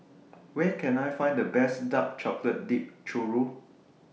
Where Can I Find The Best Dark Chocolate Dipped Churro